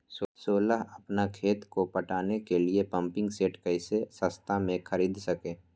सोलह अपना खेत को पटाने के लिए पम्पिंग सेट कैसे सस्ता मे खरीद सके?